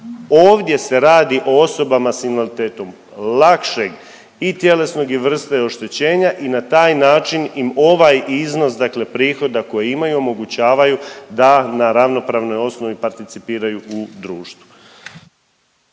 Ovdje se radi o osobama s invaliditetom lakšeg i tjelesnog i vrste oštećenja i na taj im ovaj iznos prihoda koji imaju omogućavaju da na ravnopravnoj osnovi participiraju u društvu.